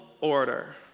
Order